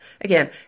again